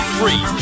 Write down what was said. free